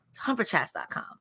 HumperChats.com